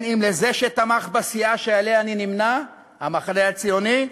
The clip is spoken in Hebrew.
לזה שתמך בסיעה שעמה אני נמנה, המחנה הציוני,